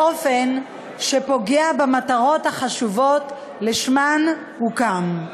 באופן שפוגע במטרות החשובות שלשמן הוקם.